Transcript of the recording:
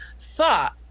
thought